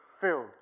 filled